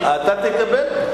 אתה תקבל.